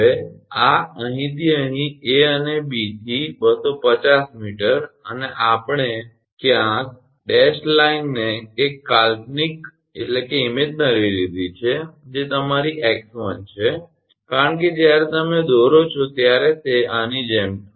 હવે આ અહીંથી અહીં 𝐴 થી 𝐵 250 𝑚 અને આપણે ક્યાંક તૂટક લાઇનને એક કાલ્પનિક લીધી છે જે તમારી 𝑥1 છે કારણ કે જ્યારે તમે દોરો છો ત્યારે તે આની જેમ આવશે